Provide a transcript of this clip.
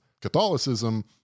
Catholicism